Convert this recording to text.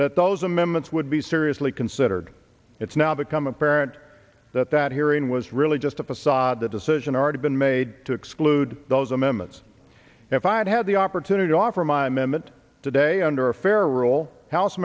that those amendments would be seriously considered it's now become apparent that that hearing was really just a facade the decision already been made to exclude those amendments if i had had the opportunity to offer my memet today under a fair rule house